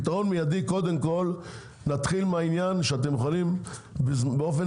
קודם כל נתחיל מהעניין שאתם יכולים באופן